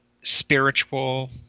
spiritual